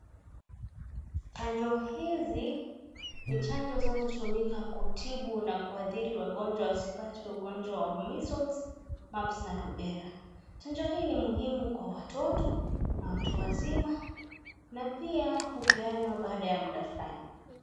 Chanjo hizi ni chanjo zinazotumika kutibu na kuhadhiri wagonjwa wasipate ugonjwa wa measles, mumps na rubella . Chanjo hii ni muhimu kwa watoto na watu wazima na pia hupeanwa baada ya muda fulani.